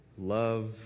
love